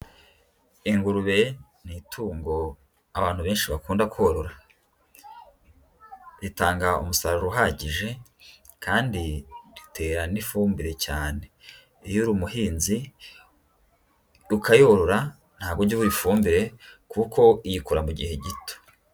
Ingurube ni itungo abantu benshi bakunda korora ritanga umusaruro uhagije kandi ritera n'ifumbire cyane, iyo uri umuhinzi ukayorora ntabwo ujya ubura ifumbire kuko iyikora mu gihe gito.